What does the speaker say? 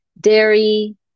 dairy